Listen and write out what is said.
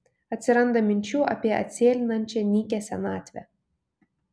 atsiranda minčių apie atsėlinančią nykią senatvę